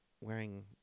wearing